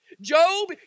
Job